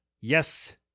Yes